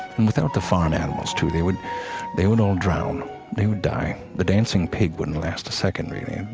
and without the farm animals too they would they would all drown they would die the dancing pig wouldn't last a second really.